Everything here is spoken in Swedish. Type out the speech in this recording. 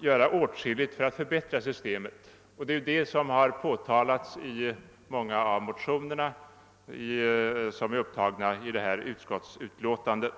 göras för att förbättra systemet, och det har framhållits i många av de motioner som behandlas i förevarande utlåtande.